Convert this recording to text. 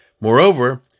moreover